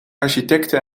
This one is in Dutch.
architecte